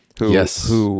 Yes